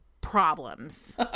problems